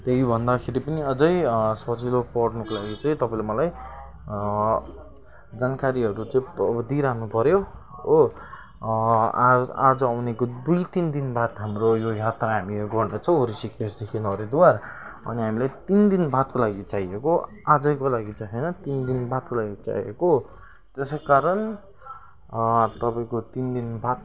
त्यही भन्दाखेरि पनि अझै सजिलो पर्नुको लागि चाहिँ तपाईँले मलाई जानकारीहरू चाहिँ दिइरहनु पऱ्यो हो आज आज आउनेको दुई तिन दिन बाद हाम्रो यो यात्रा हामी गर्दछौँ ऋषिकेशदेखि हरिद्वार अनि हामीलाई तिनदिन बादको लागि चाहिएको आजैको लागि चाहिँ होइन तिन दिन बादको लागि चाहिएको त्यसै कारण तपाईँको तिन दिन बाद